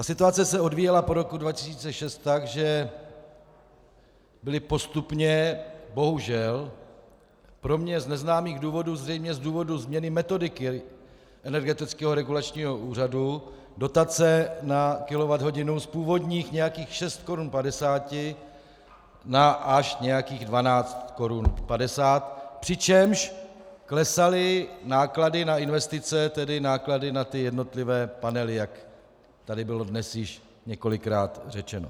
Ta situace se odvíjela od roku 2006 tak, že byly postupně, bohužel, pro mě z neznámých důvodů, zřejmě z důvodů změny metodiky Energetického regulačního úřadu, dotace na kilowatthodinu z původních nějakých 6,50 Kč na až nějakých 12,50 Kč, přičemž klesaly náklady na investice, tedy náklady na jednotlivé panely, jak tady bylo dnes již několikrát řečeno.